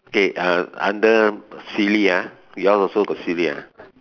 okay uh under silly ah we all also got silly or not